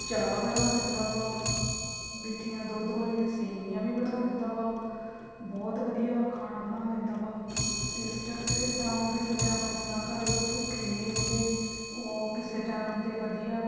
ਚਾਹ ਬਣਾ ਲੈਂਦਾ ਵਾ ਮਿੱਠੀਆਂ ਦੁੱਧ ਵਾਲੀਆਂ ਸੇਵੀਆਂ ਵੀ ਬਣਾ ਲੈਂਦਾ ਵਾ ਬਹੁਤ ਵਧੀਆ ਖਾਣਾ ਬਣਾ ਲੈਂਦਾ ਵਾ ਇਸ ਟਕ ਇਸ ਤਰ੍ਹਾਂ ਉਹ ਕਿਸੇ ਟਾਈਮ ਅਸੀਂ ਨਾ ਘਰ ਹੋਈਏ ਉਹ ਭੁੱਖੇ ਨਹੀਂ ਰਹਿੰਦੇ ਉਹ ਕਿਸੇ ਟਾਈਮ 'ਤੇ ਵਧੀਆ